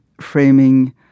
framing